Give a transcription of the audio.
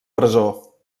presó